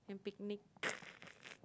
and picnic